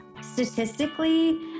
statistically